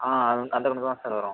ஆ அந்த கணக்கு தா சார் வரும்